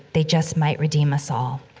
they just might redeem us all.